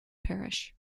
parish